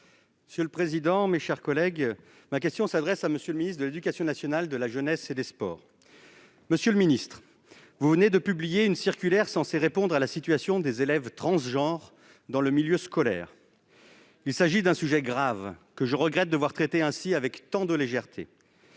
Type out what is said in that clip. pour le groupe Les Républicains. Ma question s'adresse à M. le ministre de l'éducation nationale, de la jeunesse et des sports, qui vient de publier une circulaire censée répondre à la situation des élèves transgenres dans le milieu scolaire. Il s'agit là d'un sujet grave, que je regrette de voir traiter ainsi avec tant de légèreté.